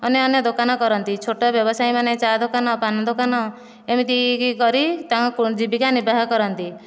ଅନ୍ୟ ଅନ୍ୟ ଦୋକାନ କରନ୍ତି ଛୋଟ ବ୍ୟବସାୟୀମାନେ ଚାହା ଦୋକାନ ପାନ ଦୋକାନ ଏମିତି କି କରି ତାଙ୍କ ଜୀବିକା ନିର୍ବାହ କରନ୍ତି